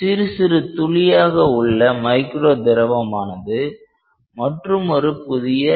சிறு சிறு துளியாக உள்ள மைக்ரோ திரவமானது மற்றுமொரு புதிய